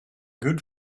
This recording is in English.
good